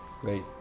Great